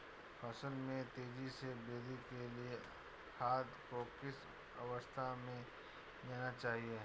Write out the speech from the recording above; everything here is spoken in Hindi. फसल में तेज़ी से वृद्धि के लिए खाद को किस अवस्था में मिलाना चाहिए?